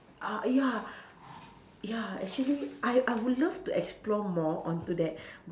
uh ya ya actually I I would love to explore more on to that